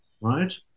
right